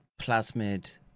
plasmid